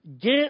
get